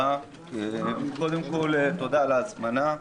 קודם כל תודה על ההזמנה.